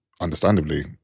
understandably